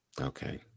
Okay